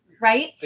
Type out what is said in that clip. right